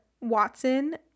Watson